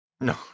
No